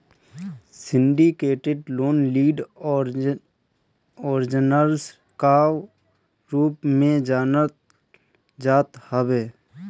syndicated loan lead arrangers कअ रूप में जानल जात हवे